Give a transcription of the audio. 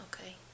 Okay